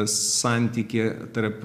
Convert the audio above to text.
santykį tarp